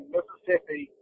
Mississippi